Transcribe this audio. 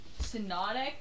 Synodic